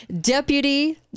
deputy